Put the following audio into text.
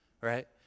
right